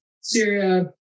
Syria